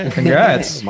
Congrats